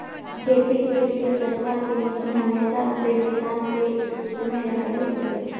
खेती के लिए सरकार की नीति हमेशा से किसान के हित में रहलई हे